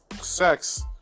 sex